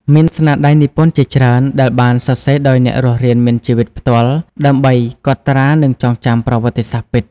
មានស្នាដៃនិពន្ធជាច្រើនដែលបានសរសេរដោយអ្នករស់រានមានជីវិតផ្ទាល់ ដើម្បីកត់ត្រានិងចងចាំប្រវត្តិសាស្ត្រពិត។